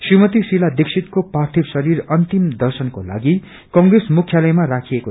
श्रीमती शीला दिक्षीतको पार्थिव शरीर अन्तिम दर्शनको लागि कंग्रेसु ख्यालयामा राखिकऐ